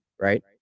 right